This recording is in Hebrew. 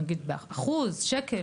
נגיד באחוז, שקל